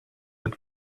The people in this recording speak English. with